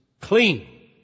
clean